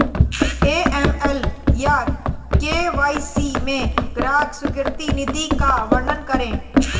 AML या KYC में ग्राहक स्वीकृति नीति का वर्णन करें?